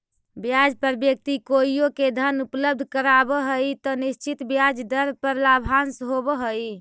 ब्याज पर व्यक्ति कोइओ के धन उपलब्ध करावऽ हई त निश्चित ब्याज दर पर लाभांश होवऽ हई